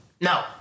No